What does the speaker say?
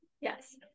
Yes